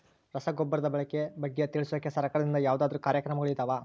ರಸಗೊಬ್ಬರದ ಬಳಕೆ ಬಗ್ಗೆ ತಿಳಿಸೊಕೆ ಸರಕಾರದಿಂದ ಯಾವದಾದ್ರು ಕಾರ್ಯಕ್ರಮಗಳು ಇದಾವ?